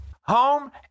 Home